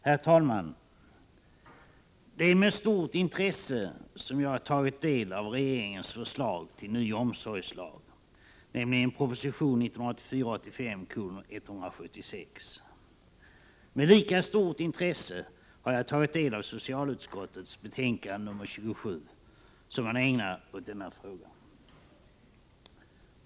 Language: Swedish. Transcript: Herr talman! Det är med stort intresse som jag tagit del av regeringens förslag till ny omsorgslag, nämligen proposition 1984/85:176. Med lika stort intresse har jag tagit del av socialutskottets betänkande 27, som man ägnar åt denna fråga.